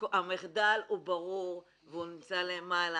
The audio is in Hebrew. המחדל הוא ברור והוא נמצא למעלה: